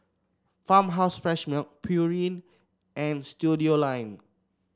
Farmhouse Fresh Milk Pureen and Studioline